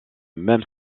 même